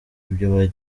ibyo